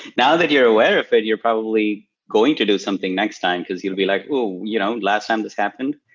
now that you're aware of it, you're probably going to do something next time because you'll be like, ooh! you know last time this happened.